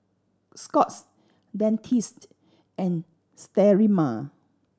Scott's Dentiste and Sterimar